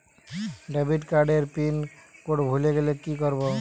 Debit card এর pin code ভুলে গেলে কি করব?